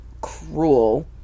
cruel